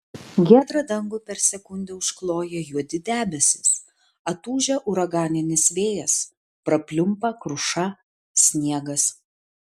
giedrą dangų per sekundę užkloja juodi debesys atūžia uraganinis vėjas prapliumpa kruša sniegas